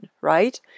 right